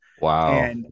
wow